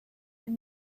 and